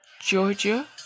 Georgia